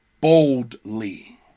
boldly